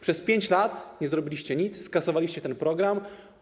Przez 5 lat nie zrobiliście nic, skasowaliście ten program.